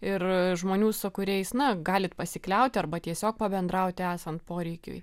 ir žmonių su kuriais na galit pasikliauti arba tiesiog pabendrauti esant poreikiui